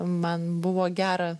man buvo gera